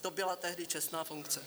To byla tehdy čestná funkce.